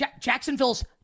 Jacksonville's